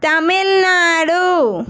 Tamil Nadu